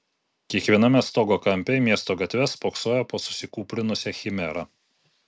kiekviename stogo kampe į miesto gatves spoksojo po susikūprinusią chimerą